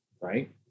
Right